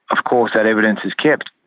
of course that evidence is kept.